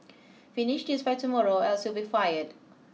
finish this by tomorrow or else you'll be fired